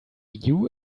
you